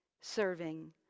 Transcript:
serving